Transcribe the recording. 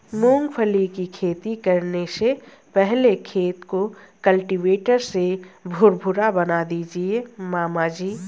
मूंगफली की खेती करने से पहले खेत को कल्टीवेटर से भुरभुरा बना दीजिए मामा जी